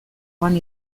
joan